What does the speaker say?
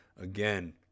Again